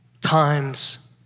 times